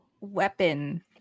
weapon